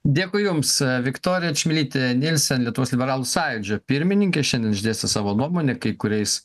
dėkui jums viktorija čmilytė nilsen lietuvos liberalų sąjūdžio pirmininkė šiandien išdėstė savo nuomonę kai kuriais